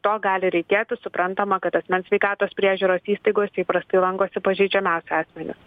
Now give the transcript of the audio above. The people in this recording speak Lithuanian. to gali reikėti suprantama kad asmens sveikatos priežiūros įstaigose įprastai lankosi pažeidžiamiausi asmenys